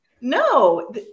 no